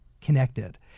connected